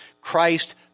Christ